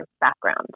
background